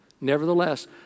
nevertheless